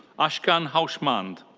ashkan houshmand.